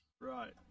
right